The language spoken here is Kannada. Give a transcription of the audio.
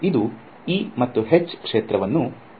ಇದು E H ಕ್ಷೇತ್ರವನ್ನು ಉತ್ಪಾದಿಸಲಿದೆ